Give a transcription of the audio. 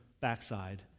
backside